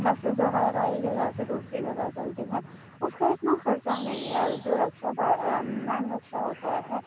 buses وغیرہ ایک جگہ سے دوسری جگہ چلتی ہیں اُس کا اتنا خرچہ نہیں ہے جو رکشا مین رکشا ہوتا ہے